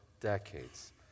decades